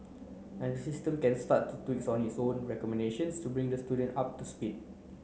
and the system can start to tweak its own recommendations to bring the student up to speed